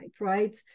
right